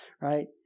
right